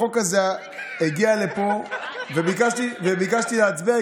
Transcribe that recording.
החוק הזה הגיע לפה וביקשתי להצביע.